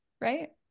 right